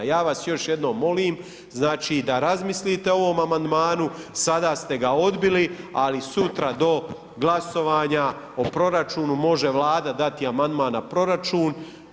Ja vas još jednom molim, znači da razmislite o ovom amandmanu, sada ste ga odbili, ali sutra do glasovanja o proračunu može Vlada dati amandman na proračun.